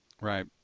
Right